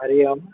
हरिः ओम्